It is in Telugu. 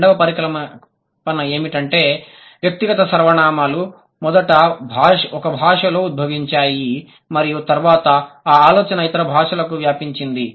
రెండవ పరికల్పన ఏమిటంటే వ్యక్తిగత సర్వనామాలు మొదట ఒక భాషలో ఉద్భవించాయి మరియు తరువాత ఆ ఆలోచన ఇతర భాషలకు వ్యాపించింది